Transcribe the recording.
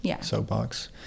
soapbox